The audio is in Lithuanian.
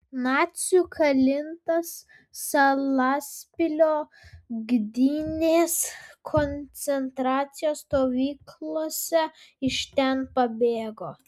nacių kalintas salaspilio gdynės koncentracijos stovyklose iš ten pabėgo